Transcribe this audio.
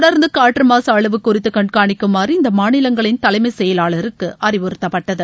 தொடர்ந்து காற்று மாசு அளவு குறித்து கண்காணிக்குமாறு இந்த மாநிலங்களின் தலைமைச் செயலாளருக்கு அறிவுறுத்தப்பட்டது